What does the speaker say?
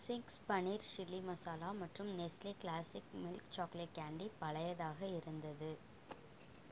Ching's paneer chilli masala மற்றும் Nestle classic milk chocolate candy பழையதாக இருந்தது